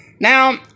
Now